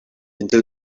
entre